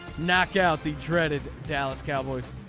knock out the dreaded dallas cowboys.